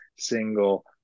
single